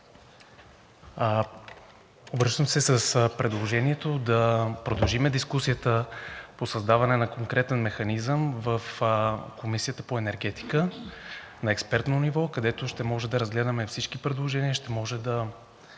Обръщам се с предложението да продължим дискусията по създаването на конкретен механизъм в Комисията по енергетика и на експертно ниво, където ще може да разгледаме всички предложения, ще може да